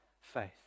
faith